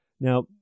Now